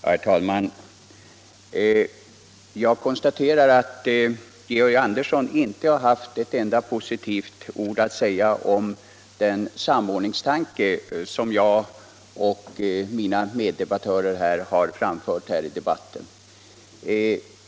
Herr talman! Jag konstaterar att Georg Andersson i Lycksele inte har haft ett enda positivt ord att säga om den samordningstanke som jag och ett par andra debattörer har framfört.